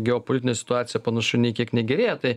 geopolitinė situacija panašu nė kiek negerėja tai